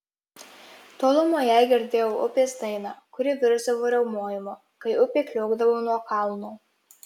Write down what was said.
tolumoje girdėjau upės dainą kuri virsdavo riaumojimu kai upė kliokdavo nuo kalno